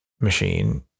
machine